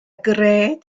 gred